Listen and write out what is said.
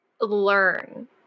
learn